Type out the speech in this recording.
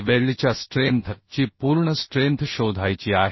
वेल्डच्या स्ट्रेंथ ची पूर्ण स्ट्रेंथ शोधायची आहे